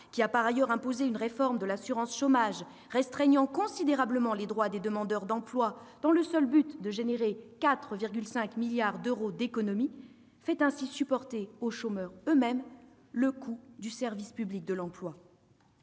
qui a par ailleurs imposé une réforme de l'assurance chômage restreignant considérablement les droits des demandeurs d'emploi dans le seul but de générer 4,5 milliards d'euros d'économies, fait ainsi supporter aux chômeurs eux-mêmes le coût du service public de l'emploi.